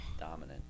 dominant